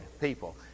people